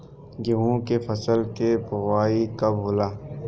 गेहूं के फसल के बोआई कब होला?